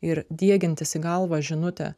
ir diegiantis į galvą žinutę